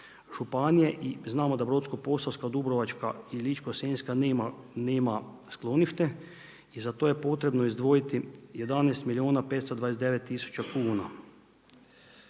županije. I znamo da Brodsko-posavska, Dubrovačka i Ličko-senjska nema sklonište i za to je potrebno izdvojiti 11 milijuna 529 tisuća kuna.